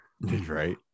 right